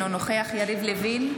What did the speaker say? אינו נוכח יריב לוין,